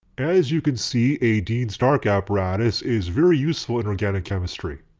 as you can see a dean stark apparatus is very useful in organic chemistry.